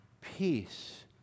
peace